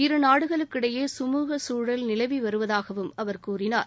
இருநாடுகளுக்கிடையே கமுக குழல் நிலவிவருவதாகவும் அவர் கூறினார்